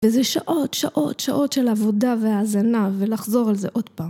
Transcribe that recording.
וזה שעות, שעות, שעות של עבודה והאזנה, ולחזור על זה עוד פעם.